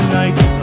nights